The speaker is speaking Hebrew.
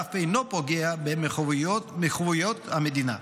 ואף אינו פוגע במחויבויות המדינה.